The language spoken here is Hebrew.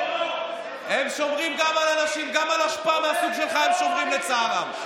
גם על אשפה מהסוג שלך הם שומרים, לצערם.